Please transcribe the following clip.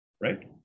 right